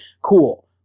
cool